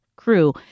crew